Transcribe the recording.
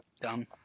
Dumb